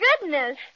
goodness